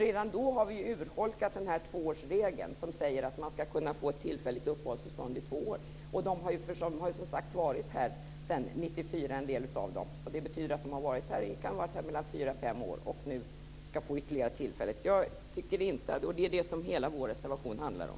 Redan då har vi urholkat tvåårsregeln som säger att man ska kunna få ett tillfälligt uppehållstillstånd i två år. En del av dessa människor har varit här sedan 1994. Det betyder att de kan ha varit här i fyra fem år, och nu ska de få ytterligare ett tillfälligt uppehållstillstånd. Jag tycker inte att det är bra, och det är vad hela vår reservation handlar om.